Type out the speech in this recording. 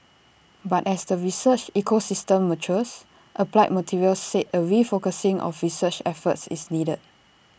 but as the research ecosystem matures applied materials said A refocusing of research efforts is needed